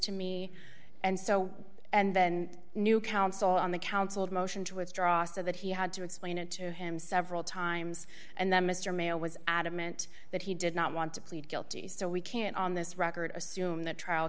to me and so and then new counsel on the council of motion to withdraw so that he had to explain it to him several times and then mr mail was adamant that he did not want to plead guilty so we can't on this record assume the trial